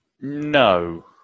No